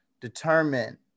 determine